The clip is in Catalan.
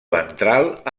ventral